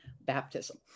baptism